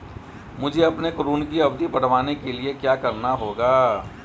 मुझे अपने ऋण की अवधि बढ़वाने के लिए क्या करना होगा?